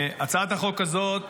הצעת החוק הזאת